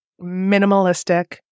minimalistic